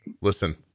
Listen